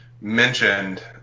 mentioned